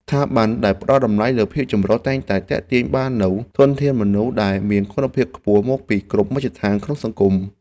ស្ថាប័នដែលផ្តល់តម្លៃលើភាពចម្រុះតែងតែទាក់ទាញបាននូវធនធានមនុស្សដែលមានគុណភាពខ្ពស់មកពីគ្រប់មជ្ឈដ្ឋានក្នុងសង្គម។